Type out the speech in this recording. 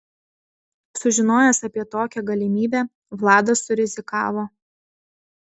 sužinojęs apie tokią galimybę vladas surizikavo